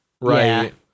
right